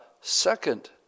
second